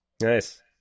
Nice